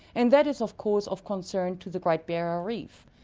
and that is, of course, of concern to the great barrier reef,